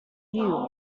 you